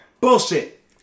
Bullshit